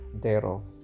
thereof